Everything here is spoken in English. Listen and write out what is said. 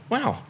Wow